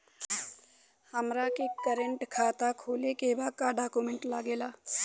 हमारा के करेंट खाता खोले के बा का डॉक्यूमेंट लागेला?